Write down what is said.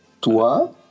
Toi